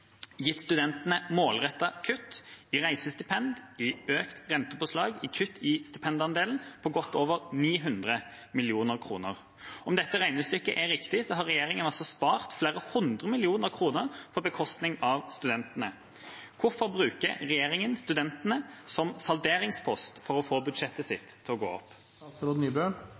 gitt studentene målretta kutt; i reisestipend, økt rentepåslag og kutt i stipendandelen, på godt over 900 mill. kroner. Om regnestykket er riktig, har regjeringen spart flere hundre millioner kroner på bekostning av studentene. Hvorfor bruker regjeringen studentene som salderingspost for å få budsjettet til å gå opp?»